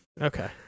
Okay